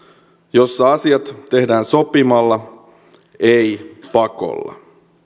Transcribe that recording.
jossa asiat tehdään sopimalla ei pakolla